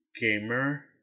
gamer